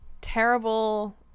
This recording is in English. terrible